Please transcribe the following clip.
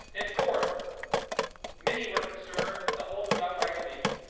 and fourth, many were concerned that the hold is outright illegal.